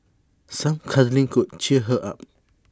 some cuddling could cheer her up